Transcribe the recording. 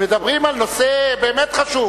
מדברים על נושא באמת חשוב.